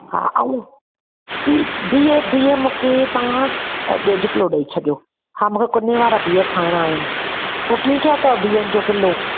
हा आऊं बि बिह बिह मूंखे तव्हां डेढु किलो ॾेई छॾियो हा मूंखे कुन्ने वारा बिह ठाहिणा आहिनि पोइ कीअं कयो अथव बिहनि जो किलो